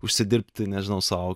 užsidirbti nežinau sau